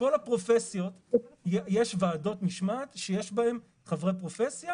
בכל הפרופסיות יש ועדות משמעות שיש בהן חברי פרופסיה